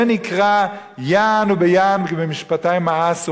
זה נקרא "יען וביען במשפטי מאסו".